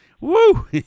woo